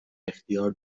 اختیار